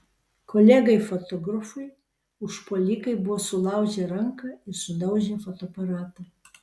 kolegai fotografui užpuolikai buvo sulaužę ranką ir sudaužę fotoaparatą